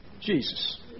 Jesus